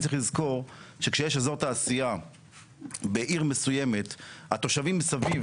צריך לזכור שכשיש אזור תעשייה בעיר מסוימת התושבים מסביב,